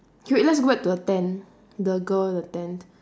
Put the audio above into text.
K wait let's go back to the tent the girl with the tent